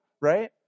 right